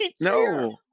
no